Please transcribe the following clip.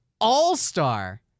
All-Star